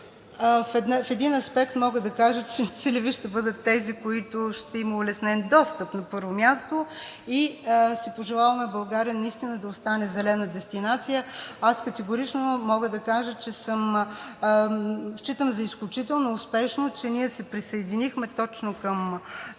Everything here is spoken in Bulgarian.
В един аспект мога да кажа, че целеви ще бъдат тези, до които ще има улеснен достъп, на първо място. Пожелаваме си България наистина да остане зелена дестинация. Категорично мога да кажа, че считам за изключително успешно, че ние се присъединихме точно към